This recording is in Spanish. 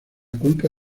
cuenca